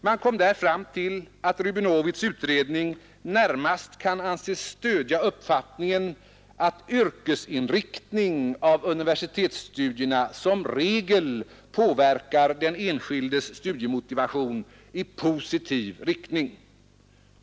Man kom där fram till att professor Rubenowitz” utredning närmast kan anses stödja uppfattningen att yrkesinriktning av universitetsstudierna som regel påverkar den enskildes studiemotivation i positiv riktning.